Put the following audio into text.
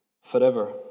forever